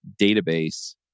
database